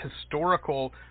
historical